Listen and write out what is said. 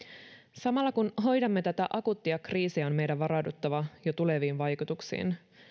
samalla kun hoidamme tätä akuuttia kriisiä on meidän varauduttava jo tuleviin vaikutuksiin